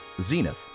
Zenith